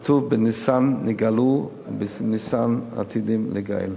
כתוב: בניסן נגאלו ובניסן עתידים להיגאל.